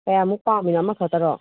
ꯀꯌꯥꯃꯨꯛ ꯄꯥꯝꯃꯤꯅꯣ ꯑꯃ ꯈꯛꯇꯔꯣ